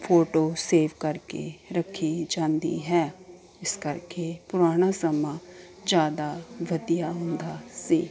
photo save ਕਰਕੇ ਰੱਖੀ ਜਾਂਦੀ ਹੈ ਇਸ ਕਰਕੇ ਪੁਰਾਣਾ ਸਮਾਂ ਜ਼ਿਆਦਾ ਵਧੀਆ ਹੁੰਦਾ ਸੀ